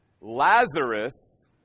Lazarus